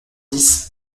dix